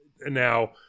now